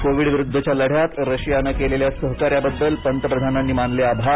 Covid विरुद्धच्या लढ्यात रशियानं केलेल्या सहकार्याबद्दल पंतप्रधानांनी मानले आभार